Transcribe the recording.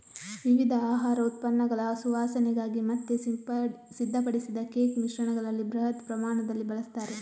ವಿವಿಧ ಆಹಾರ ಉತ್ಪನ್ನಗಳ ಸುವಾಸನೆಗಾಗಿ ಮತ್ತೆ ಸಿದ್ಧಪಡಿಸಿದ ಕೇಕ್ ಮಿಶ್ರಣಗಳಲ್ಲಿ ಬೃಹತ್ ಪ್ರಮಾಣದಲ್ಲಿ ಬಳಸ್ತಾರೆ